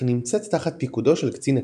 היא נמצאת תחת פיקודו של קצין הכנסת.